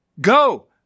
Go